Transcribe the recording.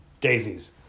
Daisies